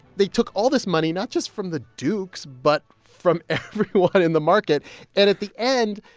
they took all this money not just from the dukes but from everyone in the market and at the end,